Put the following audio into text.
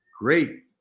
Great